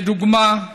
לדוגמה,